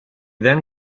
then